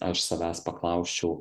aš savęs paklausčiau